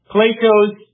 Plato's